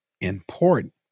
important